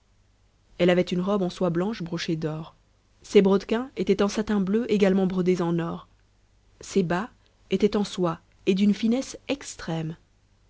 elle avait une robe en soie blanche brochée d'or ses brodequins étaient en satin bleu également brodés en or ses bas étaient en soie et d'une finesse extrême